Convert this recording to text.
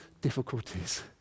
difficulties